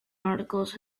articles